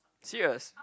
serious